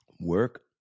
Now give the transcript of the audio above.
work